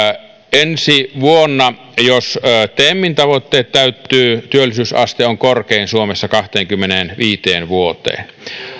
ensi vuonna jos temin tavoitteet täyttyvät työllisyysaste on suomessa korkein kahteenkymmeneenviiteen vuoteen